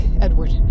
Edward